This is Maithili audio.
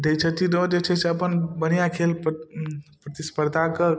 दै छथिन ओ जे छै से अपन बढ़िआँ खेल प्रतिस्पर्धाके